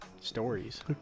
Stories